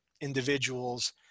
individuals